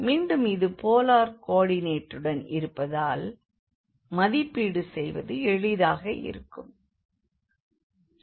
மீண்டும் இது போலார் கோ ஆர்டினேட்டுடன் இருப்பதால் மதிப்பீடு செய்வது எளிதாக இருந்தது